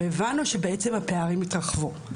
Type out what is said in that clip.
והבנו שהפערים התרחבו.